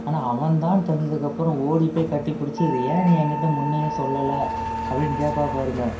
ஆனால் அவன் தான் தெரிஞ்சதுக்கு அப்புறம் ஓடி போய் கட்டி பிடிச்சி இது நீ ஏன் என்கிட்ட முன்னயே சொல்லலை அப்படினு கேப்பாள் பாருங்கள்